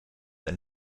ein